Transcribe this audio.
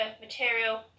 material